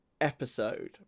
episode